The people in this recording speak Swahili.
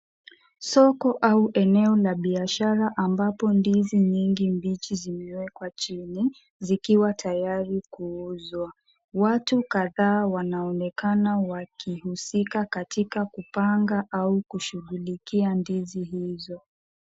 Soko au eneo la biashara ambapo ndizi nyingi mbichi zimewekwa chini zikiwa tayari kuuzwa. Watu kadhaa wanaonekana wakihusika katika kupanga au kushughulikia ndizi hizo.